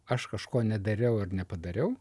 aš kažko nedariau ir nepadariau